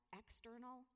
external